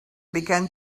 began